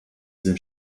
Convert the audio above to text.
sind